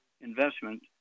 investment